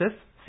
F C